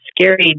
scary